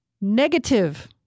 Negative